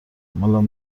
مال